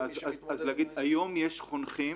למי שמתמודד --- היום יש חונכים